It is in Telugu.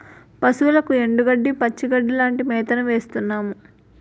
పశువులకు ఎండుగడ్డి, పచ్చిగడ్డీ లాంటి మేతను వేస్తున్నాము